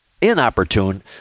inopportune